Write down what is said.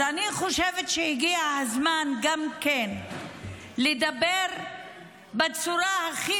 אז אני חושבת שהגיע הזמן גם כן להגיד בצורה הכי